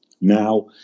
Now